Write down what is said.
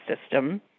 system